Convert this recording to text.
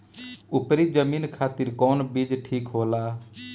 उपरी जमीन खातिर कौन बीज ठीक होला?